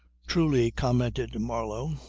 truly, commented marlow,